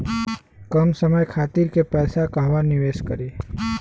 कम समय खातिर के पैसा कहवा निवेश करि?